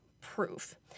proof